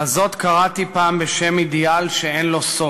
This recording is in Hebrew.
"לזאת קראתי פעם בשם אידיאל שאין לו סוף,